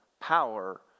power